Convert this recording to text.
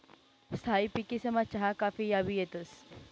स्थायी पिकेसमा चहा काफी याबी येतंस